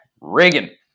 Reagan